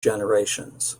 generations